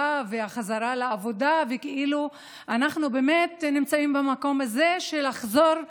והחזרה לעבודה וכאילו אנחנו באמת נמצאים במקום הזה של לחזור לשגרה.